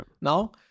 now